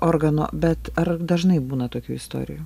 organo bet ar dažnai būna tokių istorijų